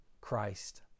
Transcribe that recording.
Christ